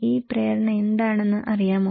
ഈ പ്രേരണ എന്താണെന്ന് അറിയാമോ